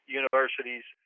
universities